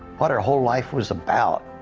what her whole life was about.